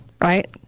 right